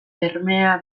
bermea